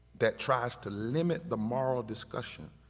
that tries to limit the moral discussion